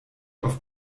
auf